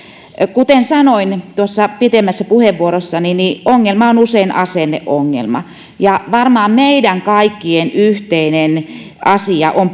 kuten sanoin tuossa pitemmässä puheenvuorossani ongelma on usein asenneongelma ja varmaan meidän kaikkien yhteinen asia on